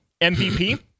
MVP